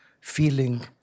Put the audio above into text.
feeling